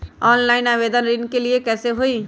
Online आवेदन ऋन के लिए कैसे हुई?